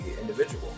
individual